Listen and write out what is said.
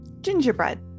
gingerbread